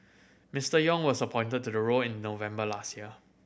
Mister Yong was appointed to the role in November last year